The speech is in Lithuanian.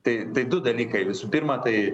tai tai du dalykai visų pirma tai